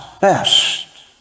best